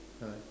then after that